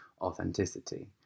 authenticity